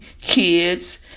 Kids